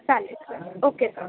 चालेल okay sir